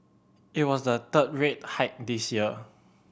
it was the third rate hike this year